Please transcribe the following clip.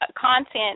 content